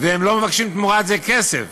והם לא מבקשים תמורת זה כסף.